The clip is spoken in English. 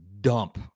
dump